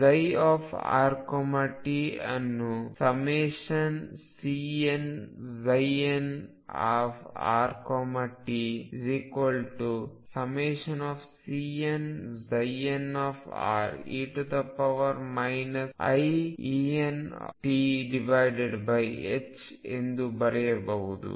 ψrt ಅನ್ನು ∑Cnnrt∑Cnne iEntಎಂದು ಬರೆಯಬಹುದು